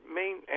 main